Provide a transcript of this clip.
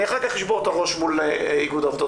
אני אחר כך אשבור את הראש מול איגוד העובדות הסוציאליות.